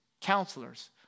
counselors